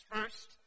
First